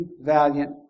valiant